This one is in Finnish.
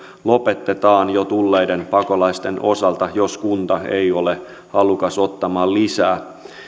lopetetaan jo tulleiden pakolaisten osalta jos kunta ei ole halukas ottamaan lisää